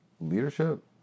leadership